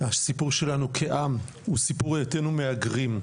הסיפור שלנו כעם הוא סיפור היותנו מהגרים.